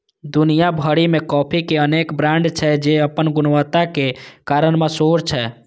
दुनिया भरि मे कॉफी के अनेक ब्रांड छै, जे अपन गुणवत्ताक कारण मशहूर छै